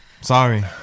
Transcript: Sorry